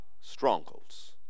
strongholds